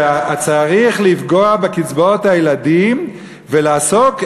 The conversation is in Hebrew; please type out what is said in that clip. שצריך לפגוע בקצבאות הילדים ולעסוק,